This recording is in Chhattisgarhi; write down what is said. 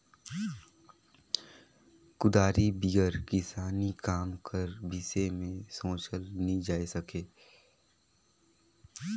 कुदारी बिगर किसानी काम कर बिसे मे सोचल नी जाए सके